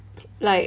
like